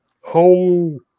home